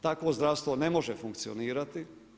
Takvo zdravstvo ne može funkcionirati.